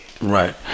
Right